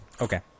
Okay